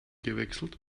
gewechselt